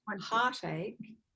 heartache